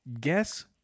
Guess